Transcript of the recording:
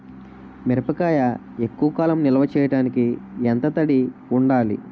మిరపకాయ ఎక్కువ కాలం నిల్వ చేయటానికి ఎంత తడి ఉండాలి?